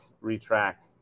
retract